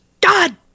God